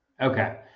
Okay